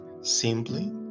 simply